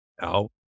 out